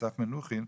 אסף מנוחין,